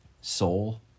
Soul